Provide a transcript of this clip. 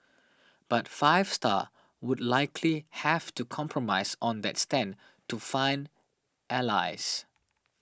but Five Star would likely have to compromise on that stand to find allies